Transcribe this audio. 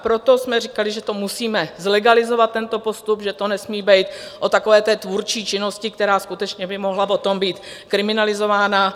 Proto jsme říkali, že to musíme zlegalizovat, tento postup, že to nesmí být o takové té tvůrčí činnosti, která skutečně by mohla potom být kriminalizována.